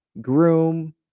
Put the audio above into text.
Groom